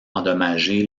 endommagé